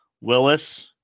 Willis